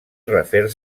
refer